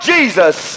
Jesus